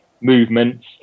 movements